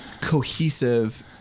cohesive